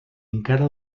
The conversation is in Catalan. encara